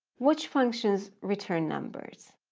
which functions return numbers?